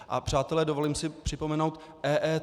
A přátelé, dovolím si připomenout, EET.